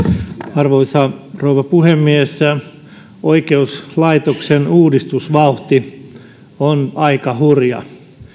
arvoisa rouva puhemies oikeuslaitoksen uudistusvauhti on aika hurja